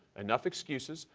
enough excuses,